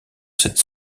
cette